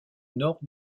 nord